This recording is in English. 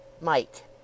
Mike